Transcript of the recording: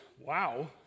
wow